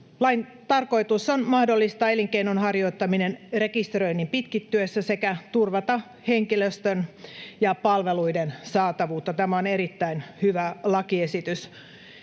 Lain tarkoitus on mahdollistaa elinkeinon harjoittaminen rekisteröinnin pitkittyessä sekä turvata henkilöstön ja palveluiden saatavuutta. Tämä on erittäin hyvä lakiesitys.